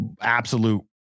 absolute